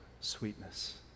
sweetness